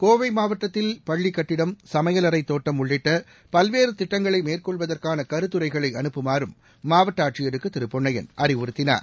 கோவை மாவட்டத்தில் பள்ளிக் கட்டடம் சமையல் அறை தோட்டம் உள்ளிட்ட பல்வேறு திட்டங்களை மேற்கொள்வதற்கான கருத்துரைகளை அனுப்புமாறும் மாவட்ட ஆட்சியருக்கு திரு பொன்னையன் அறிவுறுத்தினார்